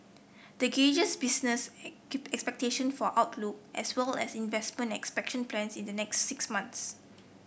the gauges business expectations for outlook as well as investment and expansion plans in the next six months